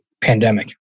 pandemic